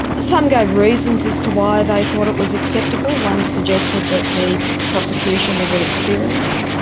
some gave reasons as to why they thought it was acceptable. one suggested that the prosecution was inexperienced.